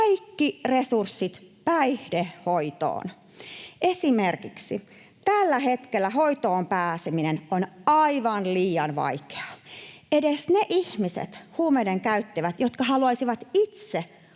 kaikki resurssit päihdehoitoon. Esimerkiksi tällä hetkellä hoitoon pääseminen on aivan liian vaikeaa. Edes ne ihmiset, huumeiden käyttäjät, jotka haluaisivat itse